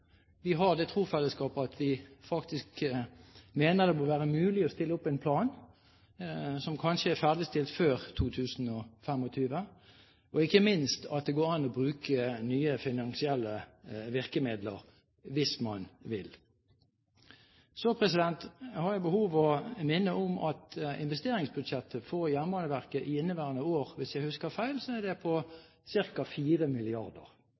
Vi har det trosfellesskapet at vi faktisk mener det bør være mulig å stille opp en plan som kanskje er ferdigstilt før 2025, og ikke minst at det går an å bruke nye finansielle virkemidler hvis man vil. Så har jeg behov for å minne om at investeringsbudsjettet for Jernbaneverket i inneværende år – hvis jeg ikke husker feil – er